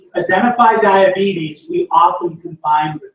identify diabetes, we often can find